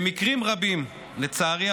לצערי,